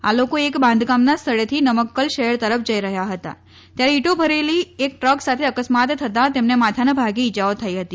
આ લોકો એક બાંધકામના સ્થળેથી નમકકલ શહેર તરફ જઇ રહયાં હતા ત્યારે ઇટો ભરેલી એક ટ્રક સાથે અકસ્માત થતાં તેમને માથાના ભાગે ઇજાઓ થઇ હતી